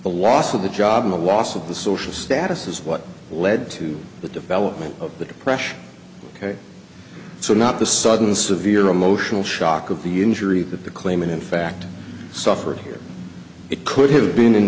the loss of the job in the loss of the social status is what led to the development of the depression ok so not the sudden severe emotional shock of the injury that the claimant in fact suffered here it could have been in